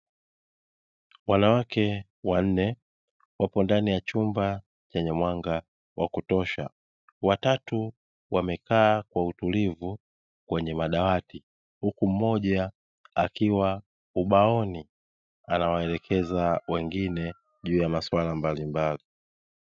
Wanawake wanne, wapo ndani ya chumba chenye mwanga wa kutosha, watatu wamekaa kwa utulivu kwenye madawati, huku mmoja akiwa ubaoni, anawaelekeza wengine juu ya maswala mbalimbali.